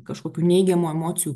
kažkokių neigiamų emocijų